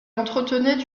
entretenait